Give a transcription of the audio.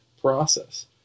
process